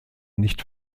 nicht